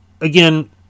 again